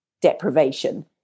deprivation